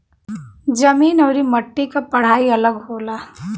जमीन आउर मट्टी क पढ़ाई अलग होला